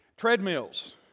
Treadmills